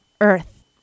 earth